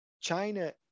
China